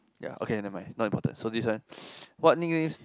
ya okay nevermind not important so this one what nicknames